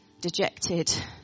Dejected